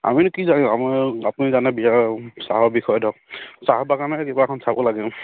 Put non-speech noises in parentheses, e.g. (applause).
আমিতো কি জানো আমাৰ আপুনি জানে (unintelligible) চাহৰ বিষয় (unintelligible) চাহৰ বাগানে কিবা এখন চাব লাগে